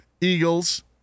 Eagles